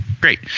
great